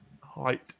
height